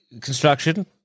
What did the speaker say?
construction